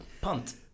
Punt